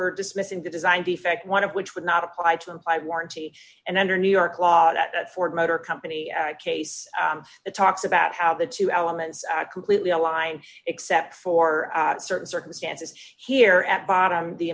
for dismissing the design defect one of which would not apply to them by warranty and under new york law that ford motor company case it talks about how the two elements are completely aligned except for certain circumstances here at bottom the